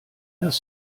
das